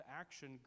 action